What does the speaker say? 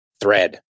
thread